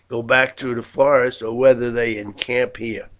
go back through the forest, or whether they encamp here.